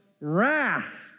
wrath